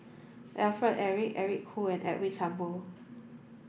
Alfred Eric Eric Khoo and Edwin Thumboo